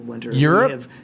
Europe